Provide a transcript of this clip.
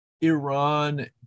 Iran